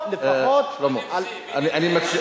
אני רוצה לפחות, ראשית, שלמה, מי נבזי?